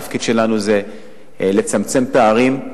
התפקיד שלנו זה לצמצם פערים.